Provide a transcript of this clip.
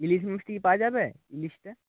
ইলিশ মাছটা কি পাওয়া যাবে ইলিশটা